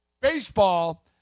Baseball